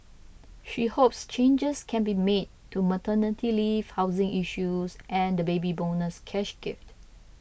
she hopes changes can be made to maternity leave housing issues and the Baby Bonus cash gift